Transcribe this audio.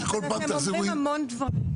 וכל פעם --- אבל אתם אומרים המון דברים.